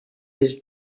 his